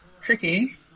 Tricky